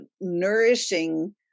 nourishing